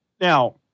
now